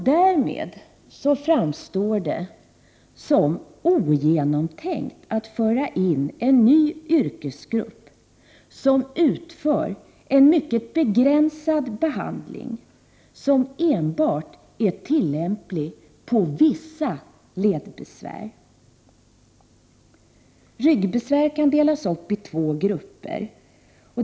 Därmed framstår det som ogenomtänkt att föra in en ny yrkesgrupp som utför en mycket begränsad behandling vilken enbart är tillämplig på vissa ledbesvär. Ryggbesvär kan delas in i två grupper.